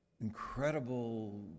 incredible